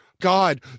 God